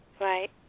Right